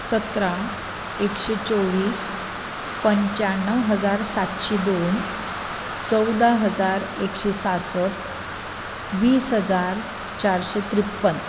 सतरा एकशें चोवीस पंच्याणव हजार सातशी दोन चवदा हजार एकशें सासट वीस हजार चारशें त्रेपन